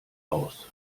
aus